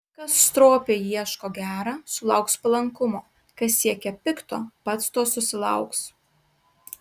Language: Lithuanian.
kas stropiai ieško gera sulauks palankumo kas siekia pikto pats to susilauks